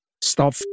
stop